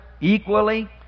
equally